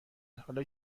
حالا